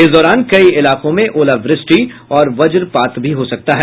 इस दौरान कई इलाकों में ओलावृष्टि और वजपात भी हो सकता है